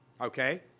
okay